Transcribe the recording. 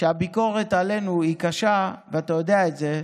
כשהביקורת עלינו היא קשה, ואתה יודע את זה,